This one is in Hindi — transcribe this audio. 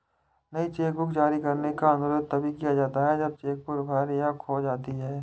नई चेकबुक जारी करने का अनुरोध तभी किया जाता है जब चेक बुक भर या खो जाती है